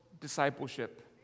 discipleship